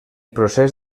procés